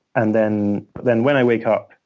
and then then when i wake up,